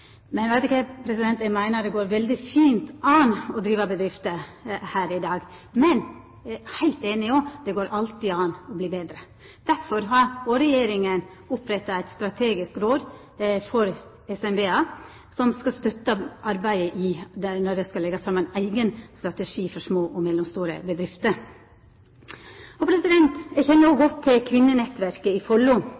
Eg meiner det går veldig fint an å driva bedrifter her i dag, men eg er heilt einig i at det alltid går an å verta betre. Derfor har regjeringa oppretta eit strategisk råd for SMB-ar, som skal støtta arbeidet når det skal leggjast fram ein eigen strategi for små og mellomstore bedrifter. Eg kjenner godt til Kvinnenettverket i Follo, og